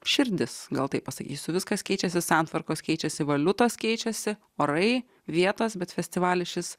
širdis gal taip pasakysiu viskas keičiasi santvarkos keičiasi valiutos keičiasi orai vietos bet festivalis šis